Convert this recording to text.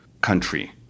country